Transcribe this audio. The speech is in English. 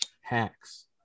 hacks